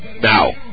now